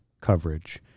coverage